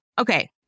okay